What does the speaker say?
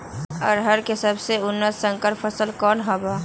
अरहर के सबसे उन्नत संकर फसल कौन हव?